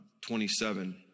27